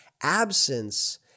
Absence